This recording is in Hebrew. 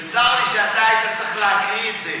וצר לי שאתה היית צריך להקריא את זה.